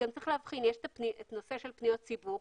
צריך להבחין שיש את הנושא של פניות ציבור